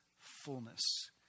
fullness